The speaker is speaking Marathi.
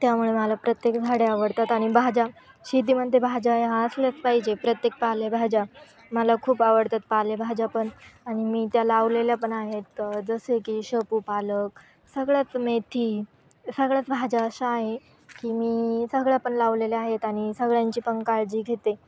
त्यामुळे मला प्रत्येक झाडे आवडतात आणि भाज्या शेतीमध्ये भाज्या ह्या असल्याच पाहिजे प्रत्येक पालेभाज्या मला खूप आवडतात पालेभाज्या पण आणि मी त्या लावलेल्या पण आहेत जसे की शेपू पालक सगळ्यात मेथी सगळ्याच भाज्या अशा आहे की मी सगळ्या पण लावलेल्या आहेत आणि सगळ्यांची पण काळजी घेते